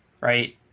right